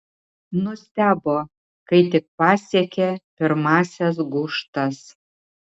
nustebo kai tik pasiekė pirmąsias gūžtas